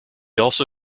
also